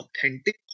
authentic